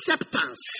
acceptance